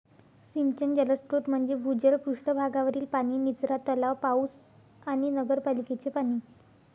सिंचन जलस्रोत म्हणजे भूजल, पृष्ठ भागावरील पाणी, निचरा तलाव, पाऊस आणि नगरपालिकेचे पाणी